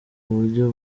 buryo